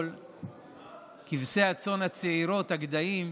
שכבשי הצאן הצעירים, הגדיים,